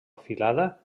filada